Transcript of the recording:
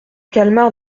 calmar